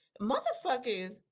Motherfuckers